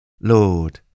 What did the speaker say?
Lord